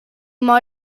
mor